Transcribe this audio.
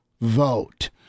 vote